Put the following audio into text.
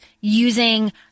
using